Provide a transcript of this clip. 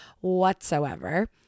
whatsoever